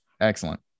Excellent